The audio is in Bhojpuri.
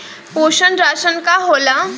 पोषण राशन का होला?